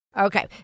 Okay